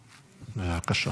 בבקשה.